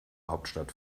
hauptstadt